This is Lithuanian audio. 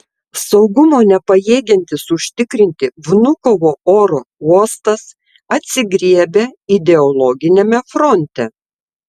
saugumo nepajėgiantis užtikrinti vnukovo oro uostas atsigriebia ideologiniame fronte